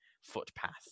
footpath